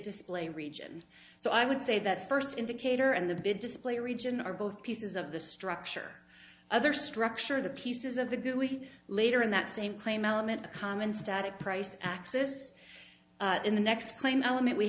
display region so i would say that first indicator and the big display region are both pieces of the structure other structure the pieces of the good we later in that same claim element a common static price axis in the next plane element we